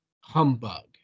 humbug